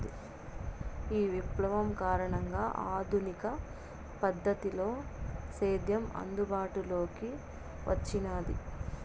ఈ విప్లవం కారణంగా ఆధునిక పద్ధతిలో సేద్యం అందుబాటులోకి వచ్చినాది